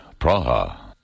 Praha